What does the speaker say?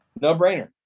No-brainer